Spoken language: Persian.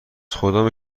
خدامه